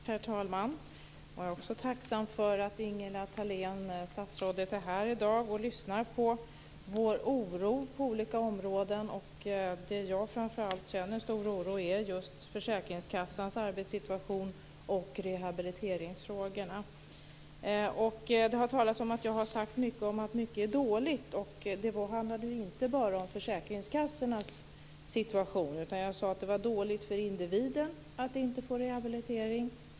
Herr talman! Jag är också tacksam för att statsrådet Ingela Thalén är här i dag och lyssnar på oss när vi talar om vår oro på olika områden. Jag känner framför allt en stor oro när det gäller försäkringskassans arbetssituation och rehabiliteringsfrågorna. Det har talats om att jag har sagt att mycket är dåligt. Det handlade ju inte bara om försäkringskassornas situation, utan jag sade att det är dåligt för individen att inte få rehabilitering.